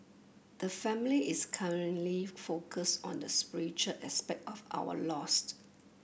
the family is currently focused on the spiritual aspect of our lost